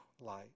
Light